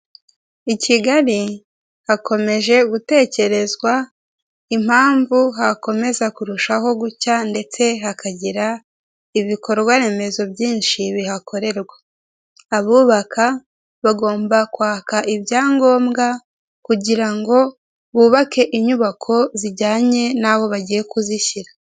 I Kigali hakomeje gutekerezwa impamvu hakomeza kurushaho gucya ndetse hakagira ibikorwa remezo byinshi bihakorerwa. Abubakka bagomba kwaka ibyangombwa kugira ngo bubake inyubako zijyanye n' aho bagiye kuzishyira.